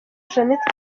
jeannette